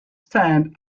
stand